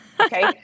okay